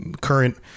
current